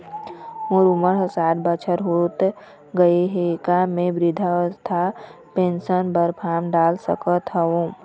मोर उमर साठ बछर होथे गए हे का म वृद्धावस्था पेंशन पर फार्म डाल सकत हंव?